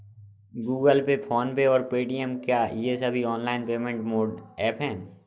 Google Pay PhonePe और Paytm क्या ये सभी ऑनलाइन पेमेंट मोड ऐप हैं?